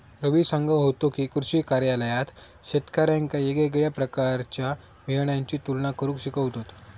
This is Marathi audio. रवी सांगा होतो की, कृषी कार्यालयात शेतकऱ्यांका येगयेगळ्या प्रकारच्या बियाणांची तुलना करुक शिकवतत